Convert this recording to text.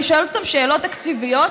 אני שואלת אותם שאלות תקציביות,